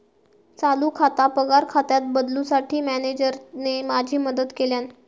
चालू खाता पगार खात्यात बदलूंसाठी मॅनेजरने माझी मदत केल्यानं